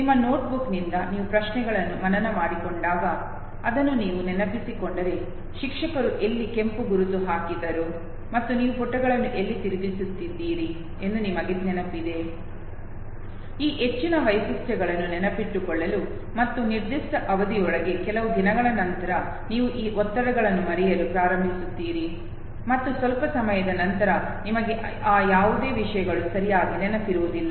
ನಿಮ್ಮ ನೋಟ್ಬುಕ್ನಿಂದ ನೀವು ಪ್ರಶ್ನೆಗಳನ್ನು ಮನನ ಮಾಡಿಕೊಂಡಾಗ ಅದನ್ನು ನೀವು ನೆನಪಿಸಿಕೊಂಡರೆ ಶಿಕ್ಷಕರು ಎಲ್ಲಿ ಕೆಂಪು ಗುರುತು ಹಾಕಿದರು ಮತ್ತು ನೀವು ಪುಟವನ್ನು ಎಲ್ಲಿ ತಿರುಗಿಸಿದ್ದೀರಿ ಎಂದು ನಿಮಗೆ ನೆನಪಿದೆ ಈ ಹೆಚ್ಚಿನ ವೈಶಿಷ್ಟ್ಯಗಳನ್ನು ನೆನಪಿಟ್ಟುಕೊಳ್ಳಲು ಮತ್ತು ನಿರ್ದಿಷ್ಟ ಅವಧಿಯೊಳಗೆ ಕೆಲವು ದಿನಗಳ ನಂತರ ನೀವು ಈ ಒತ್ತಡಗಳನ್ನು ಮರೆಯಲು ಪ್ರಾರಂಭಿಸುತ್ತೀರಿ ಮತ್ತು ಸ್ವಲ್ಪ ಸಮಯದ ನಂತರ ನಿಮಗೆ ಆ ಯಾವುದೇ ವಿಷಯಗಳು ಸರಿಯಾಗಿ ನೆನಪಿರುವುದಿಲ್ಲ